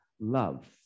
love